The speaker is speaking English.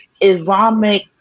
Islamic